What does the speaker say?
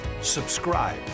subscribe